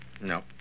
No